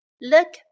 Look